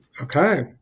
Okay